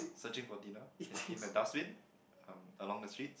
searching for dinner in in a dustbin um along the streets